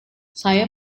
saya